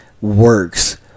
works